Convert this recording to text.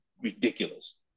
ridiculous